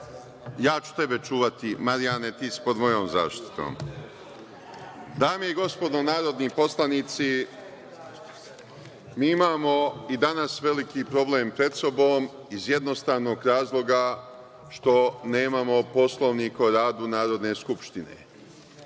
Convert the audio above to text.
ću tebe čuvati Marjane, ti si pod mojom zaštitom. Dame i gospodo narodni poslanici, mi imamo i danas veliki problem pred sobom iz jednostavnog razloga što nemamo Poslovnik o radu Narodne skupštine.